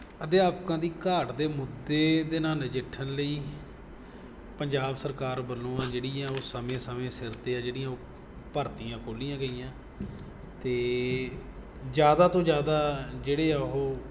ਅਧਿਆਪਕਾਂ ਦੀ ਘਾਟ ਦੇ ਮੁੱਦੇ ਦੇ ਨਾਲ ਨਜਿੱਠਣ ਲਈ ਪੰਜਾਬ ਸਰਕਾਰ ਵੱਲੋਂ ਉਹ ਜਿਹੜੀਆਂ ਉਹ ਸਮੇਂ ਸਮੇਂ ਸਿਰ 'ਤੇ ਆ ਜਿਹੜੀਆਂ ਉਹ ਭਰਤੀਆਂ ਖੋਲ੍ਹੀਆਂ ਗਈਆਂ ਅਤੇ ਜ਼ਿਆਦਾ ਤੋਂ ਜ਼ਿਆਦਾ ਜਿਹੜੇ ਉਹ